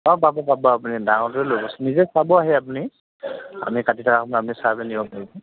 অ পাব পাব আপুনি ডাঙৰটোৱে লৈ ল'ব নিজে চাব আহি আপুনি আনে কাটি থকা সময়ত আপুনি চাইকেনে ল'ব পাৰিব